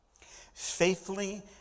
faithfully